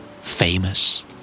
Famous